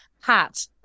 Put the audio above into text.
hat